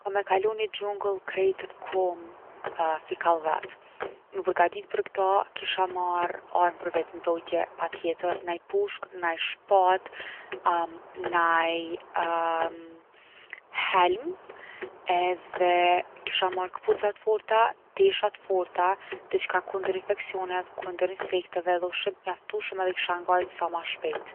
Kom me kalu ni xhungël krejt n’kom fikall vetë. Mu përgadit për kta kisha marr armë për vetëmbrojtje patjetër; naj pushkë, naj shpatë, naj helm edhe kisha marr kpuca t’forta, tesha t’forta, diçka kundër infeksionev, kundër insekteve. Edhe ushqim t’mjaftushëm edhe kisha ngajt sa ma shpejt.